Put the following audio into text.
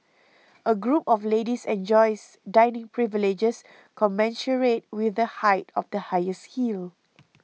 a group of ladies enjoys dining privileges commensurate with the height of the highest heel